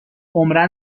عمرا